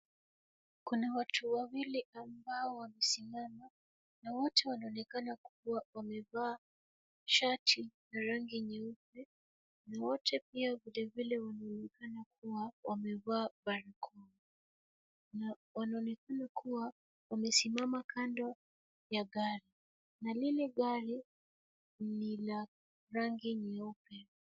Kuna watu wawili ambao wamesimama na wote wanaonekana kuwa wamevaa shati ya rangi nyeupe na wote pia vilevile wamejifanya kuwa na barakoa na wanaonekana kuwa wamesimama kando ya gari, na lile gari lina rangi nyeupe.